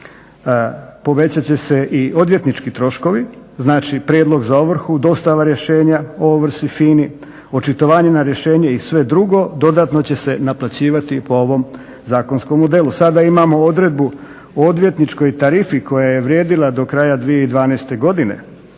Povećati će se i odvjetnički troškovi, znači prijedlog za ovrhu, dostava rješenja o ovrsi, FINA-i, očitovanje na rješenje i sve drugo dodatno će se naplaćivati po ovom zakonskom modelu. Sada imamo odredbu o odvjetničkoj tarifi koja je vrijedila do kraja 2012. godine